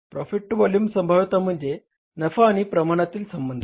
profit to volume संभाव्यता म्हणजे नफा आणि प्रमाणातील संबंध